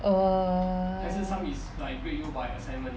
uh